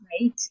right